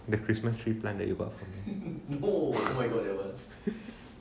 in the christmas tree plant that you got from me